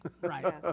Right